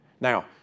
Now